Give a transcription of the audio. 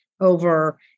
over